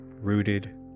rooted